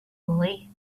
boy